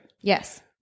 Yes